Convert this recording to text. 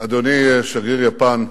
אדוני שגריר יפן בישראל,